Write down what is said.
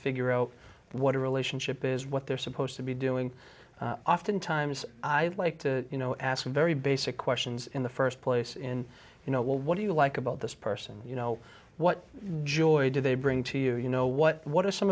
figure out what a relationship is what they're supposed to be doing often times i'd like to you know ask them very basic questions in the st place in you know well what do you like about this person you know what joy do they bring to you you know what what are some